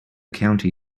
county